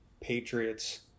Patriots